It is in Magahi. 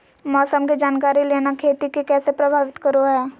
मौसम के जानकारी लेना खेती के कैसे प्रभावित करो है?